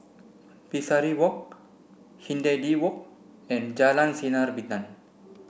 Pesari Walk Hindhede Walk and Jalan Sinar Bintang